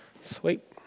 Sweet